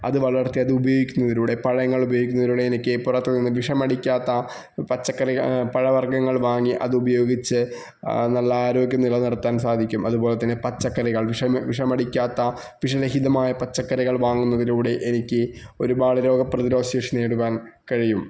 അത് വളര്ത്തി അത് ഉപയോഗിക്കുന്നതിലൂടെ പഴങ്ങള് ഉപയോഗിക്കുന്നതിലൂടെ എനിക്ക് പുറത്തുനിന്ന് വിഷമടിക്കാത്ത പച്ചക്കറി പഴവര്ഗങ്ങള് വാങ്ങി അതുപയോഗിച്ച് ആ നല്ല ആരോഗ്യം നിലനിര്ത്താന് സാധിക്കും അതുപോലെതന്നെ പച്ചക്കറികള് വിഷമ വിഷമടിക്കാത്ത വിഷരഹിതമായ പച്ചക്കറികള് വാങ്ങുന്നതിലൂടെ എനിക്ക് ഒരുപാട് രോഗപ്രതിരോധശേഷി നേടുവാന് കഴിയും